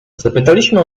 zapytaliśmy